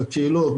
בקהילות,